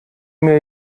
mir